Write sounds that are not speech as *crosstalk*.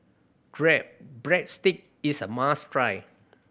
*unintelligible* breadstick is a must try